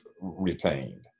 retained